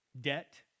debt